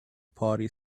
party